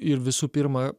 ir visų pirma